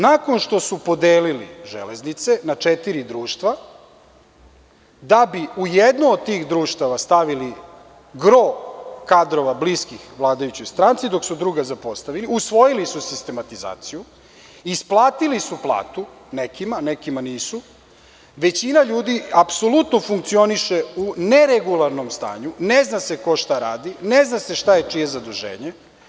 Nakon što su podelili „Železnice“ na četiri društva, da bi u jedno od tih društava stavili gro kadrova bliskih vladajućoj stranci, dok su druga zapostavili, usvojili su sistematizaciju, isplatili su platu nekima, nekima nisu, većina ljudi apsolutno funkcioniše u neregularnom stanju, ne zna se ko šta radi, ne zna se šta je čije zaduženje.